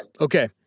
Okay